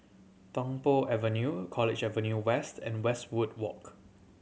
Tung Po Avenue College Avenue West and Westwood Walk